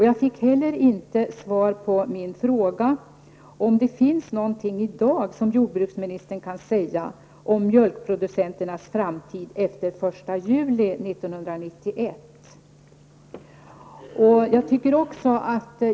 Jag fick inte heller svar på min fråga, om jordbruksministern i dag kan säga någonting om mjölkproducenternas framtid efter den 1 juli 1991.